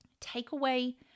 Takeaway